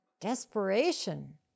Desperation